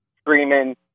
screaming